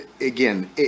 again